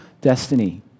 destiny